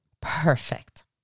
perfect